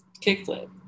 kickflip